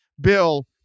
Bill